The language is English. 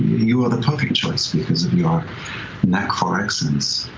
you are the perfect choice because of your knack for accents.